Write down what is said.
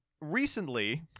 recently